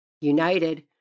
United